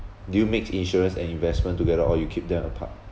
do you mix insurance and investment together or you keep them apart